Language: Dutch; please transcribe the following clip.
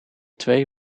twee